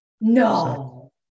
No